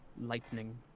Lightning